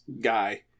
guy